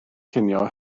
cinio